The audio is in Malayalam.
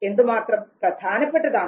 എന്തുമാത്രം പ്രധാനപ്പെട്ടതാണ്